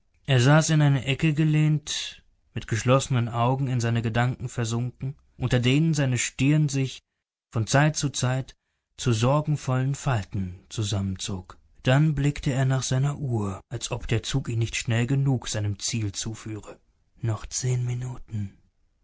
er saß in eine ecke gelehnt mit geschlossenen augen in seine gedanken versunken unter denen seine stirn sich von zeit zu zeit zu sorgenvollen falten zusammenzog dann blickte er nach seiner uhr als ob der zug ihn nicht schnell genug seinem ziel zuführe noch zehn minuten